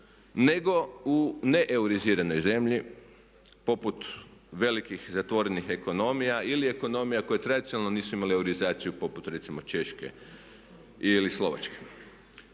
nego u neeuriziranoj zemlji poput velikih zatvorenih ekonomija ili ekonomija koje tradicionalno nisu imale eurizaciju poput recimo Češke ili Slovačke.